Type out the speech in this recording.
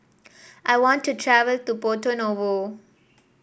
I want to travel to Porto Novo